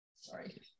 sorry